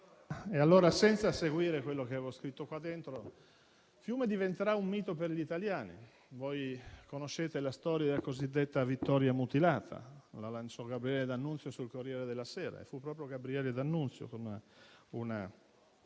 E allora non seguirò quello che avevo scritto. Fiume diventerà un mito per gli italiani. Conoscete la storia della cosiddetta vittoria mutilata: la lanciò Gabriele D'Annunzio sul «Corriere della sera» e fu proprio lui, partendo da